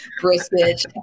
brisket